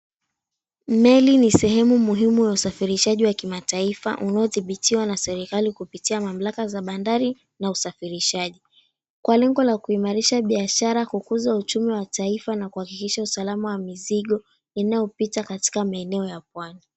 Meli ni sehemu muhimu ya usafirishaji wa kimataifa unaodhibitiwa na serikali kupitia mamlaka za bandari na usafirishaji, kwa lengo la kuimarisha biashara, kukuza uchumi wa taifa na kuhakikisha usalama wa mizigo inayopita katika maeneo ya pwani.